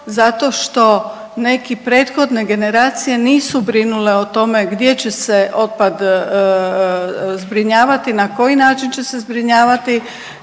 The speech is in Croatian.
Zato što neki prethodni generacije nisu brinule o tome gdje će se otpad zbrinjavati, na koji način će se zbrinjavati,